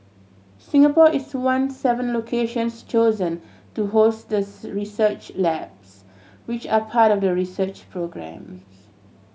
Singapore is one seven locations chosen to host the research labs which are part of the research programme